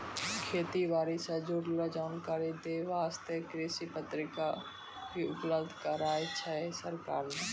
खेती बारी सॅ जुड़लो जानकारी दै वास्तॅ कृषि पत्रिका भी उपलब्ध कराय छै सरकार नॅ